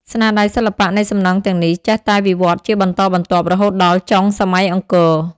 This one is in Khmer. ស្នាដៃសិល្បៈនៃសំណង់ទាំងនេះ ចេះតែវិវត្តជាបន្តបន្ទាប់រហូតដល់ចុងសម័យអង្គរ ។